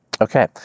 Okay